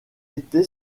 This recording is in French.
été